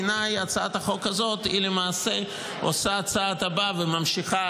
בעיניי הצעת החוק הזאת למעשה עושה את הצעד הבא וממשיכה